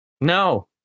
No